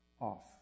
off